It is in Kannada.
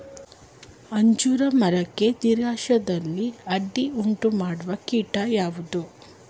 ಅಂಜೂರ ಮರಕ್ಕೆ ದೀರ್ಘಾಯುಷ್ಯದಲ್ಲಿ ಅಡ್ಡಿ ಉಂಟು ಮಾಡುವ ಕೀಟ ಯಾವುದು?